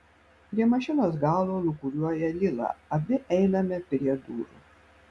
prie mašinos galo lūkuriuoja lila abi einame prie durų